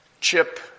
chip